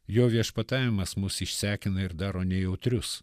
jo viešpatavimas mus išsekina ir daro nejautrius